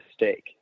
mistake